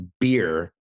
beer